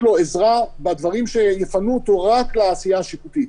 לו עזרה בדברים שיפנו אותו רק לעשייה השיפוטית,